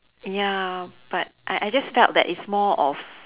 ya but I I just felt that it's more of